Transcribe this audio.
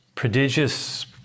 prodigious